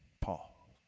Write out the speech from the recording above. Paul